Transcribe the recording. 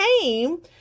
came